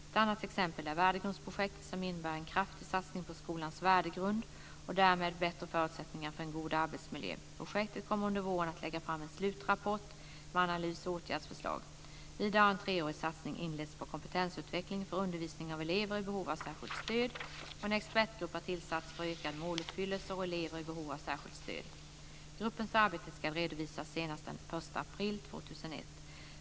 Ett annat exempel är Värdegrundsprojektet som innebär en kraftig satsning på skolans värdegrund och därmed bättre förutsättningar för en god arbetsmiljö. Projektet kommer under våren att lägga fram en slutrapport med analys och åtgärdsförslag. Vidare har en treårig satsning inletts på kompetensutveckling för undervisning av elever i behov av särskilt stöd, och en expertgrupp har tillsatts för ökad måluppfyllelse för elever i behov av särskilt stöd. Gruppens arbete ska redovisas senast den 1 april 2001.